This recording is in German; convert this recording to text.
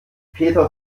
peter